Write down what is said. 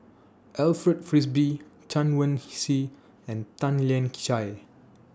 Alfred Frisby Chen Wen Hsi and Tan Lian Chye